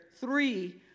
three